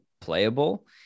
playable